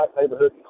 neighborhood